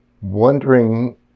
wondering